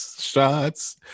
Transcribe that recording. shots